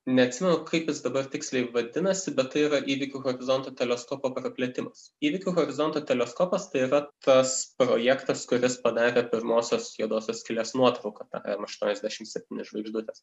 neatsimenu kaip jis dabar tiksliai vadinasi bet tai yra įvykių horizonto teleskopo praplėtimas įvykių horizonto teleskopas tai yra tas projektas kuris padarė pirmosios juodosios skylės nuotrauką m aštuoniasdešimt septyni žvaigždutės